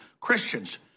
Christians